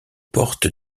portes